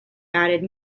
added